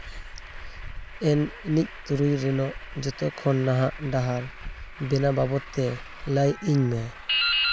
ᱮᱱ ᱮᱱᱤᱡ ᱛᱩᱨᱩᱭ ᱨᱮᱱᱟᱜ ᱡᱚᱛᱚᱠᱷᱚᱱ ᱱᱟᱦᱟᱜ ᱰᱟᱦᱟᱨ ᱵᱮᱱᱟᱣ ᱵᱟᱵᱚᱫ ᱛᱮ ᱞᱟᱹᱭ ᱤᱧ ᱢᱮ